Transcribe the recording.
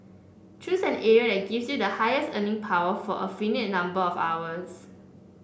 choose an area that gives you the highest earning power for a finite number of hours